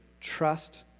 Trust